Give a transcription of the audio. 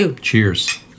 Cheers